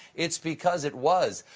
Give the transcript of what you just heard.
it's because it was.